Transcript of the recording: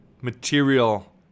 material